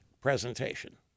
presentation